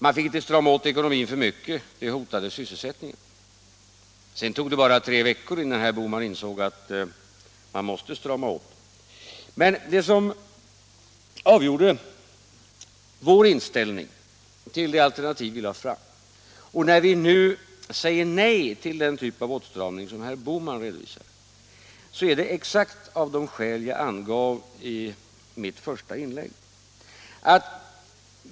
Man fick inte strama åt ekonomin för mycket — det hotade sysselsättningen. Sedan tog det bara tre veckor innan herr Bohman insåg att man måste strama åt. Det som avgjorde vår inställning till det alternativ vi lade fram, och det som gör att vi nu säger nej till den typ av åtstramning som herr Bohman redovisade, är exakt de skäl som jag angav i mitt första inlägg.